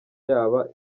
yaba